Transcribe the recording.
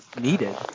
needed